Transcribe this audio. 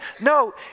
No